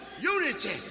unity